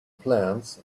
plants